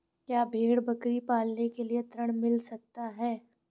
क्या भेड़ बकरी पालने के लिए ऋण मिल सकता है?